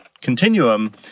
continuum